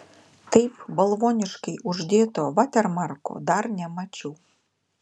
taip balvoniškai uždėto vatermarko dar nemačiau